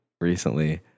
recently